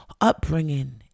upbringing